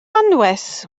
anwes